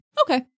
Okay